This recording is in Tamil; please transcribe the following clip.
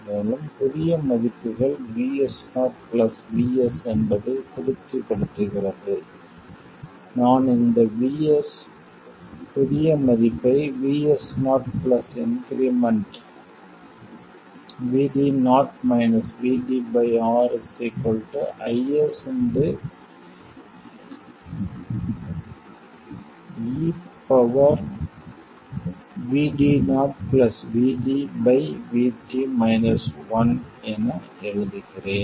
மேலும் புதிய மதிப்பு VS0 vS என்பதைத் திருப்திப்படுத்துகிறது நான் இந்த VS புதிய மதிப்பை VS0 plus increment R IS eVd0VdVt 1 என எழுதுகிறேன்